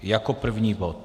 Jako první bod.